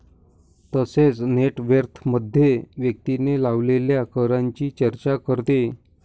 तसेच नेट वर्थमध्ये व्यक्तीने लावलेल्या करांची चर्चा करते